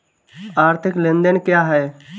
आर्थिक लेनदेन क्या है?